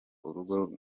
urugo